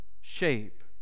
shape